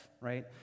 right